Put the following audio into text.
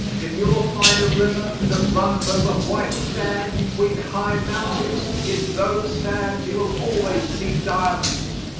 if you will find a river that runs over white sand between high mountains, in those sands you will always see diamonds.